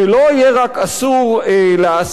שלא יהיה רק אסור להעסיק,